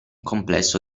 complesso